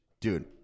dude